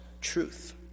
truth